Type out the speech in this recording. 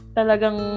talagang